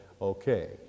okay